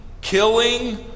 killing